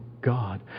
God